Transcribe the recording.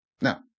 Now